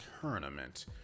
tournament